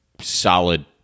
solid